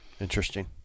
interesting